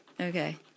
Okay